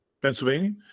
Pennsylvania